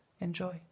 Enjoy